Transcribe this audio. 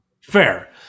Fair